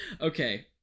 Okay